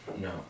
no